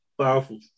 powerful